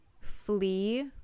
flee